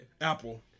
Apple